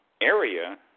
area